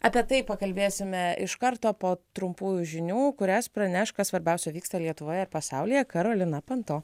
apie tai pakalbėsime iš karto po trumpųjų žinių kurios praneš kas svarbiausia vyksta lietuvoje ir pasaulyje karolina panto